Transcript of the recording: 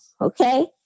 Okay